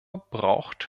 braucht